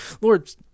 Lord